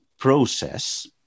process